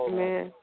Amen